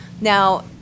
Now